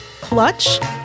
Clutch